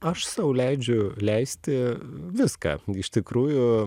aš sau leidžiu leisti viską iš tikrųjų